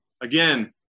Again